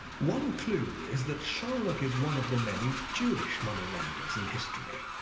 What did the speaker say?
one clue is that shylock is one of the many jewish moneylenders in history.